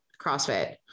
CrossFit